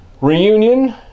Reunion